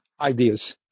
ideas